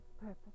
purpose